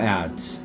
ads